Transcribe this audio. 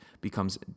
becomes